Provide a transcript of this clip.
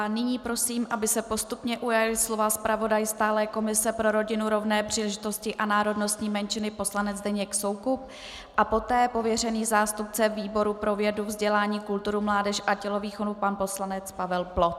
Nyní prosím, aby se postupně ujali slova zpravodaj Stálé komise pro rodinu, rovné příležitosti a národnostní menšiny poslanec Zdeněk Soukup a poté pověřený zástupce výboru pro vědu, vzdělání, kulturu, mládež a tělovýchovu pan poslanec Pavel Ploc.